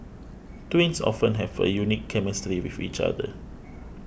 twins often have a unique chemistry with each other